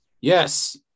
Yes